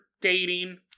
dating